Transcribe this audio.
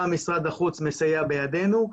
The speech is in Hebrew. גם משרד החוץ מסייע בידינו.